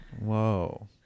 Whoa